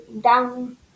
down